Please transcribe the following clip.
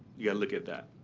yeah look at that.